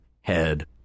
head